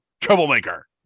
Troublemaker